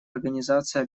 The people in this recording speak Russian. организации